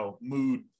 mood